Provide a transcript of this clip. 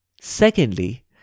Secondly